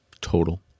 total